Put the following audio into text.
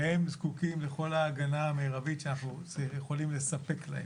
והם זקוקים לכל ההגנה המרבית שאנחנו יכולים לספק להם.